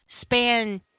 span